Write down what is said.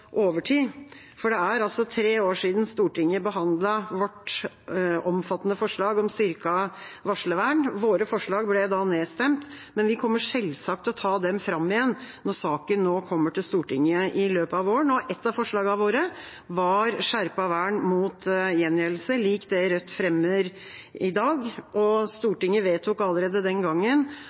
for det er altså tre år siden Stortinget behandlet vårt omfattende forslag om styrket varslervern. Våre forslag ble da nedstemt, men vi kommer selvsagt til å ta dem fram igjen når saken kommer til Stortinget i løpet av våren. Ett av forslagene våre var skjerpet vern mot gjengjeldelse, lik det Rødt fremmer i dag, og Stortinget vedtok allerede den gangen